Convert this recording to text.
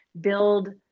build